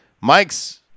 Mike's